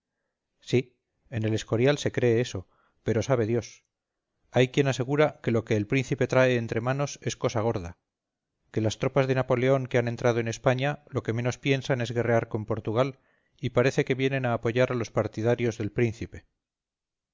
sí en el escorial se cree eso pero sabe dios hay quien asegura que lo que el príncipe trae entre manos es cosa gorda que las tropas de napoleón que han entrado en españa lo que menos piensan es guerrear con portugal y parece que vienen a apoyar a los partidarios del príncipe